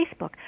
Facebook